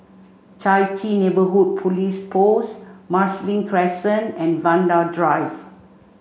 Chai Chee Neighbourhood Police Post Marsiling Crescent and Vanda Drive